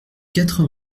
quatre